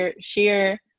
sheer